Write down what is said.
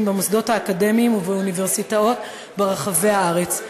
במוסדות האקדמיים ובאוניברסיטאות ברחבי הארץ.